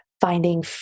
Finding